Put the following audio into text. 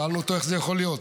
שאלנו אותו: איך זה יכול להיות?